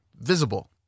visible